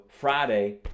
friday